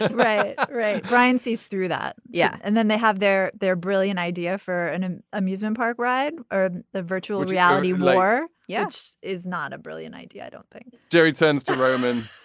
right. right brian sees through that. yeah. and then they have their their brilliant idea for an amusement park ride or the virtual reality law. yes is not a brilliant idea i don't think jerry tends to recommend.